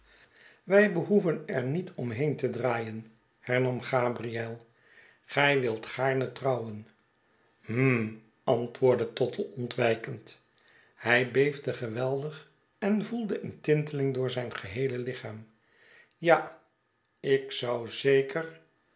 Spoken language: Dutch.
wij behoeven er niet om heen te draaien hernam gabriel gij wilt gaarne trouwen hm antwoordde tottle ontwijkend hij beefde geweldig en voelde een tinteling door zijn geheele lichaarn ja ik zou zeker